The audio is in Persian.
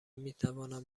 میتوانم